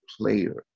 player